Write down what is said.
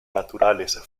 naturales